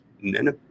Nina